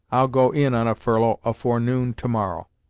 i'll go in on a furlough afore noon to-morrow!